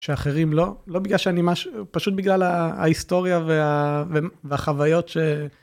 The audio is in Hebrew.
שאחרים לא, לא בגלל שאני משהו, פשוט בגלל ההיסטוריה והחוויות ש...